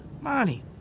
Money